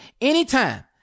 anytime